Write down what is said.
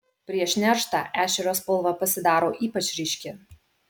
prieš nerštą ešerio spalva pasidaro ypač ryški